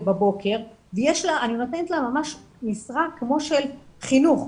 בבוקר ואני נותנת לה ממש משרה כמו של חינוך,